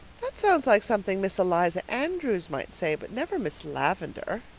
that sounds like something miss eliza andrews might say but never miss lavendar,